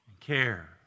Care